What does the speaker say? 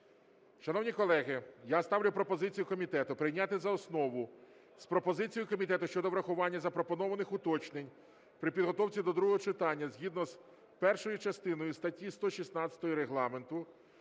Шановні колеги, я ставлю пропозицію комітету прийняти за основу з пропозицією комітету щодо врахування запропонованих уточнень при підготовці до другого читання згідно з першою частиною статті 116 Регламенту